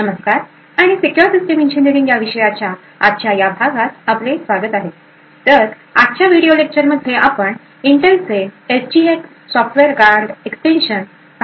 नमस्कार आणि secure system engineering या विषयाच्या आजच्या या भागात आपले स्वागत आहे तर आजच्या व्हिडीओ लेक्चर मध्ये आपण इंटेल चे S G X software guard extension पाहणार आहोत